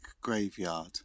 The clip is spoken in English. graveyard